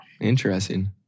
Interesting